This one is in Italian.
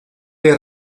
del